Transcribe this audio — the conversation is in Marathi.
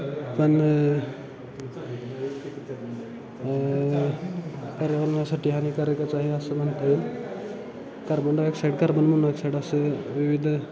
पण पर्यावरणासाठी हानी कारकच आहे असं म्हणता येईल कार्बन डायऑक्साईड कार्बन मोनॉक्साईड असं विविध